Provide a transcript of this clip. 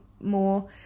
more